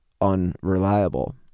unreliable